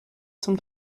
zum